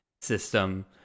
system